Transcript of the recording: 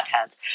heads